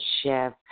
Chef